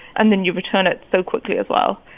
and then you return it so quickly as well.